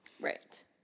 Right